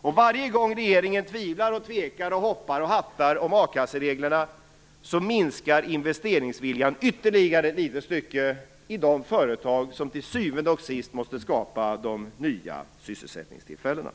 Varje gång regeringen tvivlar och tvekar och hoppar och hattar om a-kassereglerna minskar investeringsviljan ytterligare ett litet stycke i de företag som till syvende och sist måste skapa de nya sysselsättningstillfällena.